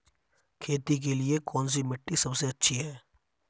खेती के लिए कौन सी मिट्टी सबसे अच्छी है?